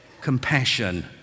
compassion